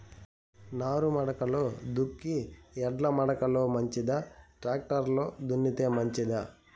నారుమడిలో దుక్కి ఎడ్ల మడక లో మంచిదా, టాక్టర్ లో దున్నితే మంచిదా?